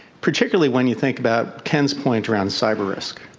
particularly when you think about ken's point around cyber-risk.